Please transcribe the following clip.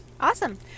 Awesome